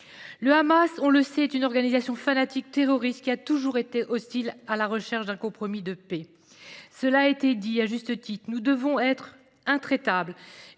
Le Hamas – on le sait – est une organisation fanatique terroriste qui a toujours été hostile à la recherche d’un compromis de paix. On l’a dit à juste titre : nous devons être intraitables